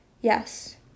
Yes